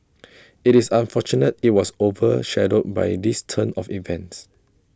IT is unfortunate IT was over shadowed by this turn of events